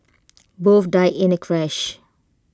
both died in the crash